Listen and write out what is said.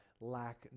lack